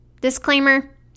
Disclaimer